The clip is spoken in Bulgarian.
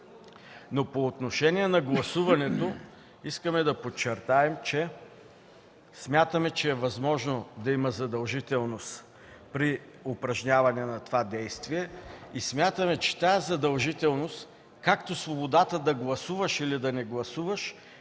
По отношение на гласуването искаме да подчертаем, смятаме че е възможно да има задължителност при упражняване на това действие и че тази задължителност – както свободата да гласуваш или да не гласуваш,